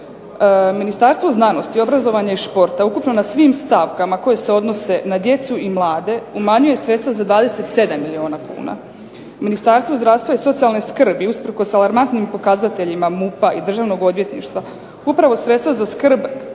Ministarstvo znanosti, obrazovanja i športa ukupno na svim stavkama koje se odnose na djecu i mlade umanjuje sredstva za 27 milijuna kuna. Ministarstvo zdravstva i socijalne skrbi usprkos alarmantnim pokazateljima MUP-a i državnog odvjetništva upravo sredstva za skrb